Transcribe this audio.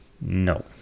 No